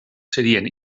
serien